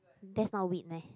that's not weed meh